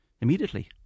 immediately